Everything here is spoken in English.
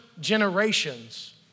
generations